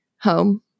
home